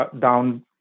down